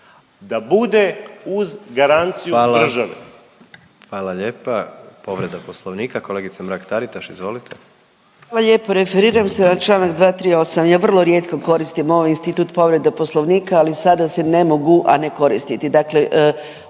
da bude uz garanciju države.